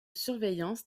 surveillance